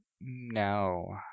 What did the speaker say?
No